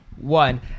one